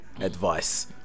advice